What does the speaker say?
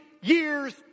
years